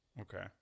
okay